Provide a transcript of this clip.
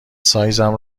سایزم